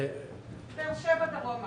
באר שבע ודרומה.